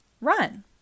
run